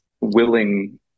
willing